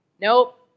Nope